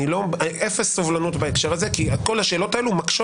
אפס סובלנות בהקשר הזה כי כל השאלות האלה מקשות